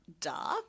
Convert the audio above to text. dark